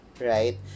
right